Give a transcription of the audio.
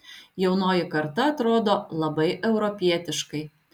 jaunoji karta atrodo labai europietiškai